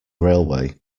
railway